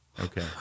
Okay